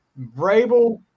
Vrabel